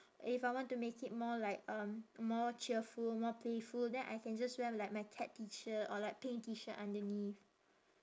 if I want to make it more like um more cheerful or more playful then I can just wear like my cat T shirt or like plain T shirt underneath